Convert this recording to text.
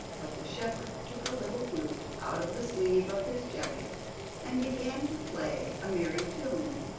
but the shepherd took a little flute out of the sleeve of his jacket and began to play a merry tune,